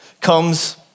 comes